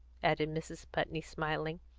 added mrs. putney, smiling,